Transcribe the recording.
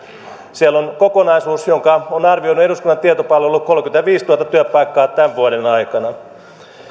siellä on kokonaisuus jonka on arvioinut eduskunnan tietopalvelu kolmekymmentäviisituhatta työpaikkaa tämän vuoden aikana